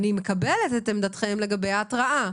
אני מקבלת את עמדתכם לגבי ההתראה,